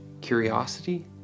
curiosity